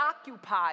occupy